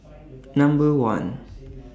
Number one